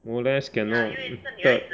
molest cannot third